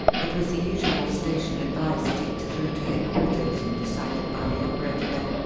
it was the usual station advice ticked through to headquarters and deciphered by the operator there,